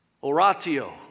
Oratio